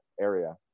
area